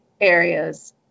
areas